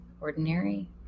ordinary